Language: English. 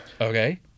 Okay